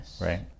right